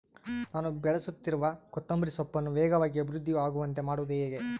ನಾನು ಬೆಳೆಸುತ್ತಿರುವ ಕೊತ್ತಂಬರಿ ಸೊಪ್ಪನ್ನು ವೇಗವಾಗಿ ಅಭಿವೃದ್ಧಿ ಆಗುವಂತೆ ಮಾಡುವುದು ಹೇಗೆ?